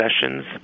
sessions